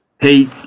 Hey